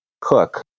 cook